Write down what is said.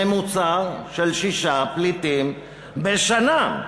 ממוצע של שישה פליטים בשנה,